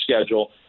schedule